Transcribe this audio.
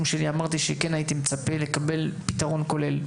שלי אמרתי שכן הייתי מצפה לקבל פתרון כולל.